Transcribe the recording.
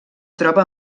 troba